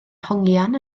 hongian